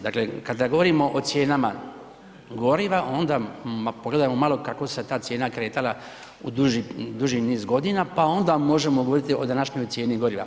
Dakle, kada govorimo o cijenama goriva, onda, ma pogledajmo malo kako se ta cijena kretala u duži niz godina, pa onda možemo govoriti o današnjoj cijeni goriva.